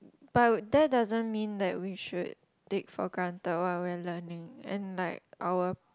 but that doesn't mean that we should take for granted what we are learning and like our